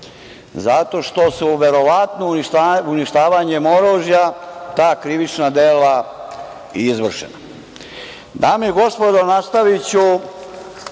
zato što su verovatno uništavanjem oružja ta krivična dela i izvršena. Dame i gospodo, nastaviću